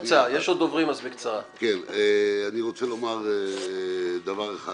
אני רוצה לומר דבר אחד,